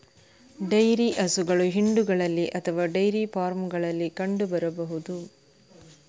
dairy ಹಸುಗಳು ಹಿಂಡುಗಳಲ್ಲಿ ಅಥವಾ ಡೈರಿ ಫಾರ್ಮುಗಳಲ್ಲಿ ಕಂಡು ಬರಬಹುದು